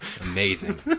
Amazing